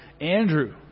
Andrew